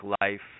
life